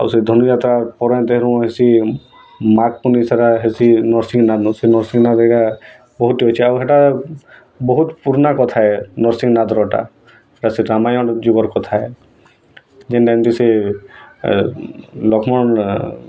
ଆଉ ସେ ଧନୁଯାତ୍ରା ପରେ ତେହେଁରୁ ହେସି ମାଘ୍ ପୁନି ସେଟା ହେସି ନର୍ସିଂହନାଥ୍ ନର୍ସିଂହନାଥ୍ ହେଟା ବହୁତ୍ଟେ ଅଛେ ଆଉ ହେଟା ବହୁତ୍ ପୁର୍ନା କଥା ଏ ନର୍ସିଂହନାଥ୍ରଟା ହେଟା ସେ ରାମାୟ୍ ଯୁଗର୍ କଥା ଏ ଯେନ୍ ଟାଇମ୍ ଥି ସେ ଲକ୍ଷ୍ମଣ